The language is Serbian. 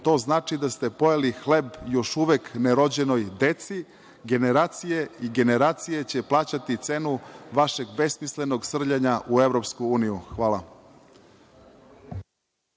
to znači da ste pojeli hleb još uvek nerođenoj deci. Generacije i generacije će plaćati cenu vašeg besmislenog srljanja u EU. Hvala.